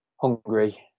Hungry